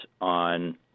on